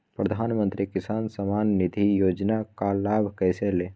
प्रधानमंत्री किसान समान निधि योजना का लाभ कैसे ले?